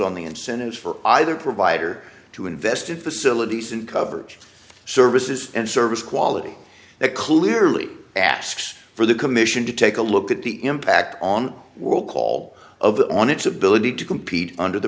on the incentives for either provider to invest in facilities and coverage services and service quality that clearly asks for the commission to take a look at the impact on world call of the on its ability to compete under the